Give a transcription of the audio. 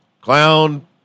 clown